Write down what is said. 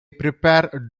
prepare